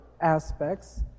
aspects